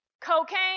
Cocaine